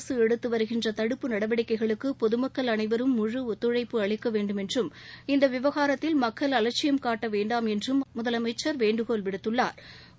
அரசு எடுத்து வருகின்ற தடுப்பு நடவடிக்கைகளுக்கு பொதுமக்கள் அனைவரும் முழு ஒத்துழைப்பு அளிக்க வேண்டுமென்றும் இந்த விவகாரத்தில் மக்கள் அலட்சியம் முதலமைச்சர் திரு எடப்பாடி பழனிசாமி வேண்டுகோள் விடுத்துள்ளாா்